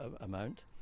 amount